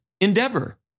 endeavor